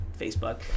Facebook